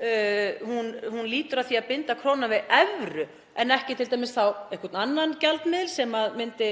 hún lýtur að því að binda krónuna við evru en ekki einhvern annan gjaldmiðil sem myndi